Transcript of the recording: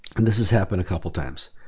and this has happened a couple times.